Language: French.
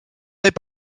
n’est